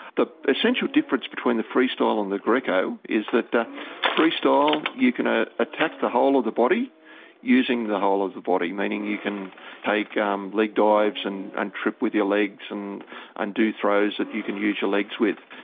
the essential difference between the freestyle and the greco is that freestyle you can ah attack the whole of the body using the whole of the body, meaning you can take um leg dives and and trip with your legs and and do throws that you can use your legs with.